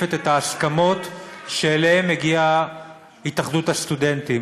משקפת את ההסכמות שאליהן הגיעה התאחדות הסטודנטים.